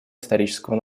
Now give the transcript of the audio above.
исторического